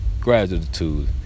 Gratitude